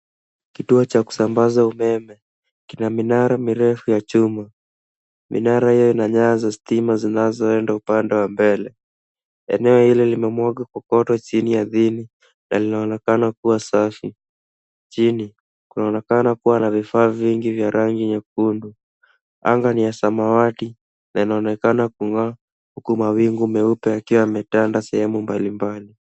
Kituo cha kusambaza umeme kina minara mirefu ya chuma. Minara mirefu ya stima zinazo enda upande wa mbele, eneo hili lime mwangwa kokoto chini ardhini na linaonekana kuwa safi, chini kunaonekana kuwa na vifaa vingi vya rangi nyekundu. Anga ni ya samawati na inaonekana kung'aa huku mawingu meupe yakiwa yametanda sehemu mbalimbali.